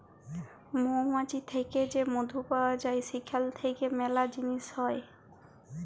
মমাছি থ্যাকে যে মধু পাউয়া যায় সেখাল থ্যাইকে ম্যালা জিলিস হ্যয়